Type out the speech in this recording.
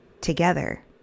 together